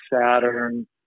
Saturn